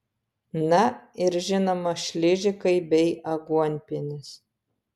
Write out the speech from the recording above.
na ir žinoma šližikai bei aguonpienis